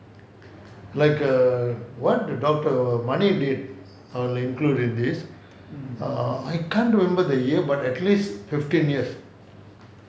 like err what the doctor Mani did err included this err I can't remember the year but at least fifteen years